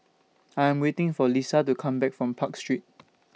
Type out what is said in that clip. I'm waiting For Lesa to Come Back from Park Street